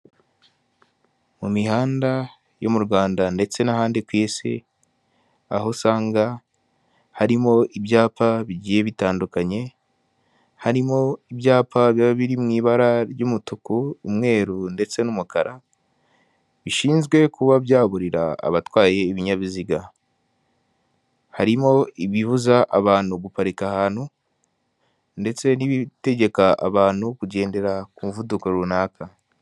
Mu mihanda yo mu Rwanda ndetse n'ahandi ku isi aho usanga harimo ibyapa bigiye bitandukanye harimo ibyapa biba biri mu ibara ry'umutuku, umweru ndetse n'umukara bishinzwe kuba byaburira abatwaye ibinyabiziga harimo ibibuza abantu guparika ahantu, ndetse n'ibitegeka abantu kugendera ku muvuduko runaka.